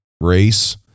race